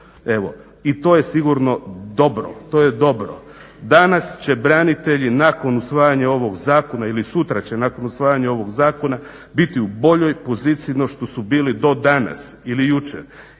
To je dobro. Danas će branitelji nakon usvajanja ovog zakona ili sutra će nakon usvajanja ovog zakona biti u boljoj poziciji no što su bili do danas ili jučer